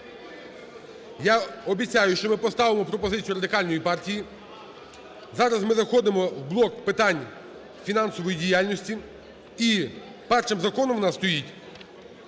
Я обіцяю, що ми поставимо пропозицію Радикальної партії. Зараз ми заходимо в блок питань фінансової діяльності. І першим законом у нас стоїть